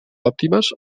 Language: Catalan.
òptimes